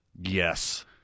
Yes